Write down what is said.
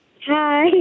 Hi